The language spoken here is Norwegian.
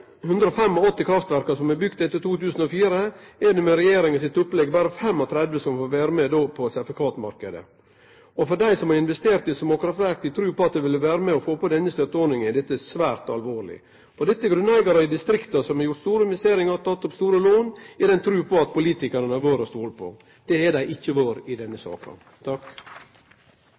kraftverka som er bygde etter 2004, er det med regjeringa sitt opplegg berre 35 som får vere med på sertifikatmarknaden. Og for dei som har investert i småkraftverk, i trua på at dei ville få vere med i denne støtteordninga, er dette svært alvorleg. Dette er grunneigarar i distrikta som har gjort store investeringar og teke opp store lån, i trua på at politikarane er til å stole på. Det har dei ikkje vore i denne saka.